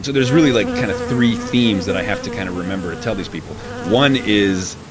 there's really like kind of three themes that i have to kind of remember to tell these people one is,